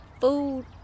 Food